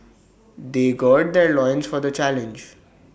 they gird their loins for the challenge